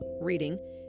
Reading